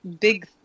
big